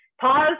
pause